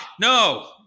no